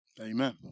Amen